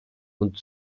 und